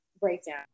breakdown